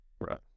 Right